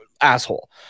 asshole